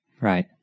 Right